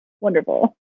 wonderful